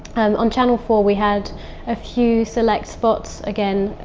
on channel four we had a few select spots, again.